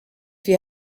you